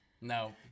No